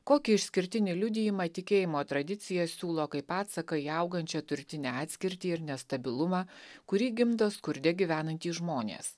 kokį išskirtinį liudijimą tikėjimo tradicija siūlo kaip atsaką į augančią turtinę atskirtį ir nestabilumą kurį gimdo skurde gyvenantys žmonės